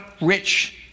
rich